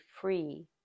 free